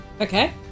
Okay